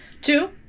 two